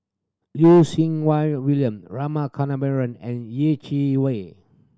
Wai William Rama Kannabiran and Yeh Chi Wei